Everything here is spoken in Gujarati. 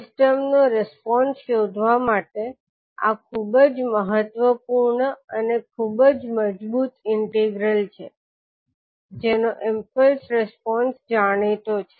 સિસ્ટમનો રિસ્પોન્સ શોધવા માટે આ ખૂબ જ મહત્વપૂર્ણ અને ખૂબ જ મજબૂત ઇન્ટિગ્રલ છે જેનો ઈમ્પલ્સ રિસ્પોન્સ જાણીતો છે